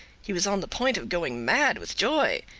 he was on the point of going mad with joy.